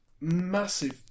massive